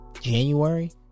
January